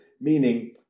Meaning